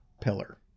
Pillar